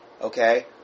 Okay